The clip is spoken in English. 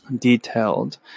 detailed